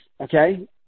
okay